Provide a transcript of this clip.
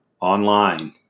Online